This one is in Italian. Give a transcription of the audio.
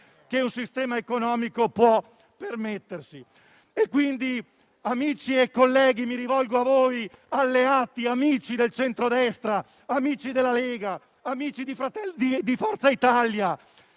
e un sistema economico possono permettersi. Amici e colleghi, mi rivolgo a voi; alleati, amici del centrodestra, amici della Lega, amici di Forza Italia,